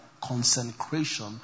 consecration